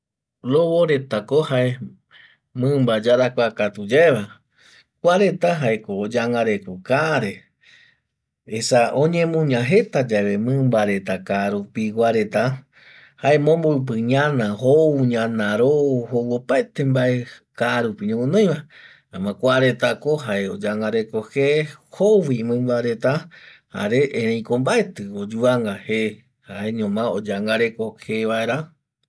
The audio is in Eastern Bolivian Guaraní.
Lobo reta ko jae mimba yarakua katuyeva kuareta jaeko oyangareko kaa re esa oñemuña jeta yave mimba reta kaa rupi gua reta jaema omboipi ñana jou ñana rou jou opaete mbae kaa rupi ñogunoiva jaema kuareta ko oyangareko je jou vi mimba reta erei mbaeti oyuvanga je jaeñoma oyangareko je vaera